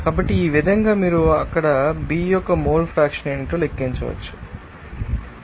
కాబట్టి ఈ విధంగా మీరు అక్కడ B యొక్క మోల్ ఫ్రాక్షన్ ఏమిటో లెక్కించవచ్చు